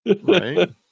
Right